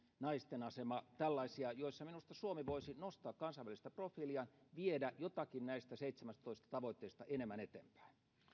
naisten asema tällaisia joissa minusta suomi voisi nostaa kansainvälistä profiiliaan viedä jotakin näistä seitsemästätoista tavoitteesta enemmän eteenpäin